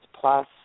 plus